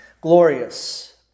glorious